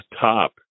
top